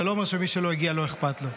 זה לא אומר שמי שלא הגיע לא אכפת לו,